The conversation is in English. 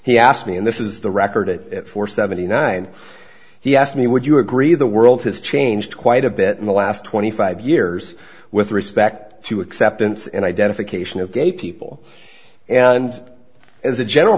he asked me and this is the record that for seventy nine he asked me would you agree the world has changed quite a bit in the last twenty five years with respect to acceptance and identification of gay people and as a general